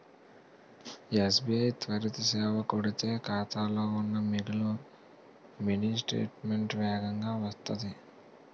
SBI త్వరిత సేవ కొడితే ఖాతాలో ఉన్న మిగులు మినీ స్టేట్మెంటు వేగంగా వత్తాది